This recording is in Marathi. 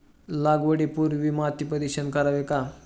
लागवडी पूर्वी माती परीक्षण करावे का?